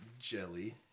Jelly